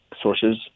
sources